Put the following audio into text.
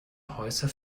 häuser